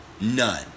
None